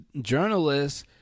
journalists